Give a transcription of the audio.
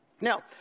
Now